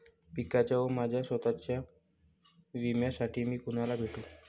पिकाच्या व माझ्या स्वत:च्या विम्यासाठी मी कुणाला भेटू?